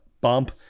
bump